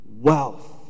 wealth